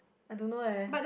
I don't know leh